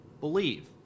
believe